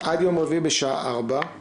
עד יום רביעי בשעה 16:00,